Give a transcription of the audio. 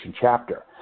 chapter